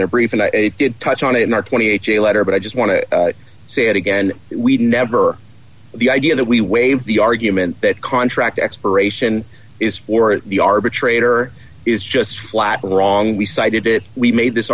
did touch on it in our twenty eight a letter but i just want to say it again we never the idea that we waive the argument that contract expiration is for the arbitrator is just flat wrong we cited it we made this